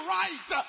right